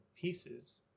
pieces